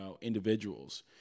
individuals